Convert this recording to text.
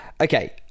okay